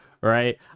Right